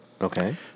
Okay